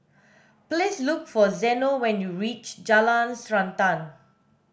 please look for Zeno when you reach Jalan Srantan